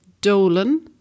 Dolan